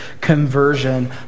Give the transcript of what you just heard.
conversion